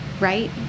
right